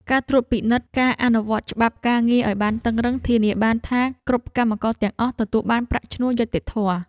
ការត្រួតពិនិត្យការអនុវត្តច្បាប់ការងារឱ្យបានតឹងរ៉ឹងធានាបានថា គ្រប់កម្មករទាំងអស់ទទួលបានប្រាក់ឈ្នួលយុត្តិធម៌។